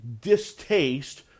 distaste